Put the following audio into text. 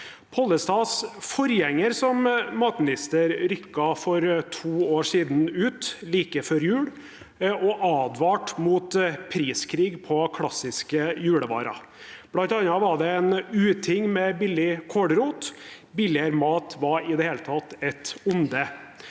Pollestads forgjenger som matminister rykket for to år siden ut like før jul og advarte mot priskrig på klassiske julevarer. Blant annet var det en uting med billig kålrot. Billigere mat var i det hele tatt et onde.